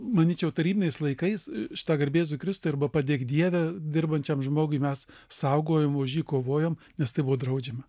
manyčiau tarybiniais laikais šita garbė jėzui kristui arba padėk dieve dirbančiam žmogui mes saugojom už jį kovojom nes tai buvo draudžiama